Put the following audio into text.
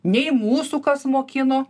nei mūsų kas mokino